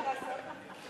אתם לא מפסיקים לעשות את זה.